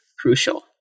crucial